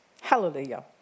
Hallelujah